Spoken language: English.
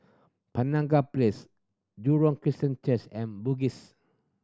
Penaga Place Jurong Christian Church and Bugis